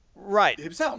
Right